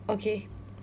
okay